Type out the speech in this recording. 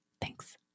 thanks